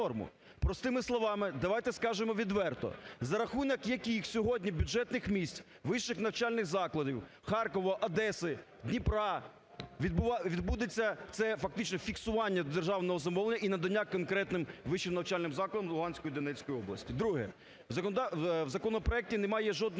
Простими словами давайте скажемо відверто за рахунок яких сьогодні бюджетних місць вищих навчальних закладів Харкова, Одеси, Дніпра, відбудеться це фактично фіксування державного замовлення і надання конкретним вищим навчальним закладам Луганської і Донецької області. Друге. В законопроекті немає жодної